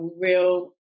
real